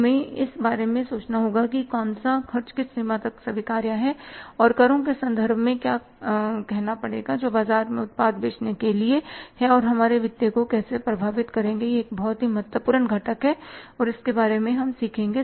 हमें इस बारे में सोचना होगा कि कौन सा खर्च किस सीमा तक स्वीकार्य है और करों के संदर्भ में क्या कहना पड़ेगा जो बाजार में उत्पाद बेचने के लिए हैं और वे हमारे वित्तीय को कैसे प्रभावित करेंगे यह एक बहुत ही महत्वपूर्ण घटक है और इसके बारे में हम सीखेंगे